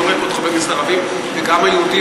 אני רואה פה את חברי הכנסת הערבים, וגם היהודים.